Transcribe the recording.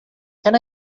can